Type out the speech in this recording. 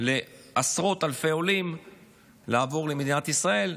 לעשרות אלפי עולים לעבור למדינת ישראל.